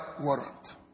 warrant